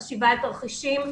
חשיבת תרחישים,